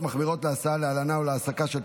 לאלו שידם אינה משגת,